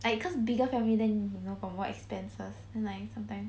like cause bigger family then you know got more expenses like sometime